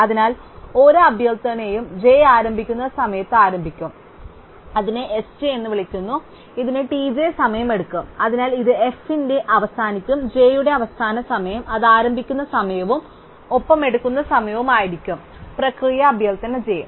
അതിനാൽ ഓരോ അഭ്യർത്ഥനയും j ആരംഭിക്കുന്ന സമയത്ത് ആരംഭിക്കും അതിനെ sj എന്ന് വിളിക്കുന്നു ഇതിന് tj സമയമെടുക്കും അതിനാൽ ഇത് f ന്റെ അവസാനിക്കും j യുടെ അവസാന സമയം അത് ആരംഭിക്കുന്ന സമയവും ഒപ്പം എടുക്കുന്ന സമയവും ആയിരിക്കും പ്രക്രിയ അഭ്യർത്ഥന j